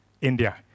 India